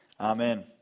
amen